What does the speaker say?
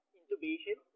intubation